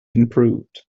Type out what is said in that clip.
improved